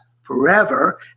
forever